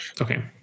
Okay